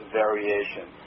variation